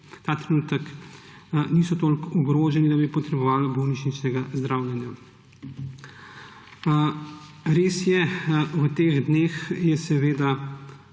ta trenutek niso toliko ogroženi, da bi potrebovali bolnišnično zdravljenje. Res je, v teh dneh je